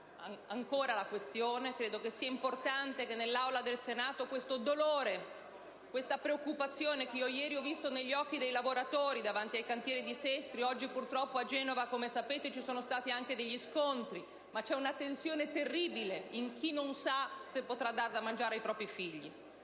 ancora la questione, e ritengo sia importante che nell'Aula del Senato siano rappresentati il dolore e la preoccupazione che ieri ho visto negli occhi dei lavoratori davanti ai cantieri di Sestri Ponente. Purtroppo, oggi a Genova, come sapete, vi sono stati anche degli scontri. E c'è una tensione terribile in chi non sa se potrà dar da mangiare ai propri figli.